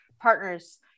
partners